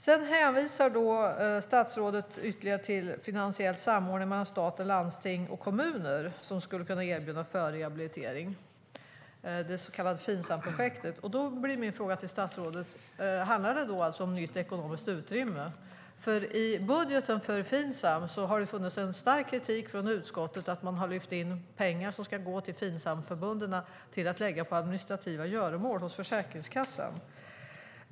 Sedan hänvisar statsrådet till finansiell samordning mellan stat, landsting och kommuner som skulle kunna erbjuda förrehabilitering, det så kallade Finsamprojektet. Då blir min fråga till statsrådet: Handlar det om nytt ekonomiskt utrymme? När det gäller budgeten för Finsam har det funnits en stark kritik från utskottet mot att man har tagit in pengar som ska gå till Finsamförbunden och lagt dem på administrativa göromål hos Försäkringskassan.